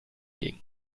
ging